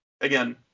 again